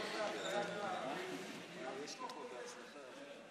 יש לך עשר דקות.